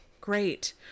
Great